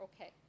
okay